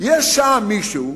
יש שם מישהו.